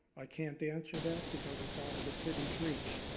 i can't answer that because it's out of the city's reach.